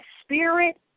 spirit